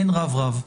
אין רב-רב.